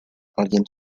alguien